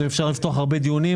אפשר לפתוח הרבה דיונים,